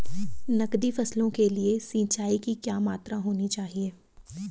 नकदी फसलों के लिए सिंचाई की क्या मात्रा होनी चाहिए?